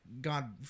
God